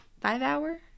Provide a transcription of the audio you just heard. five-hour